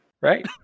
Right